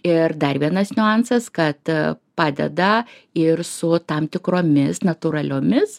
ir dar vienas niuansas kad padeda ir su tam tikromis natūraliomis